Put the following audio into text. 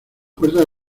puertas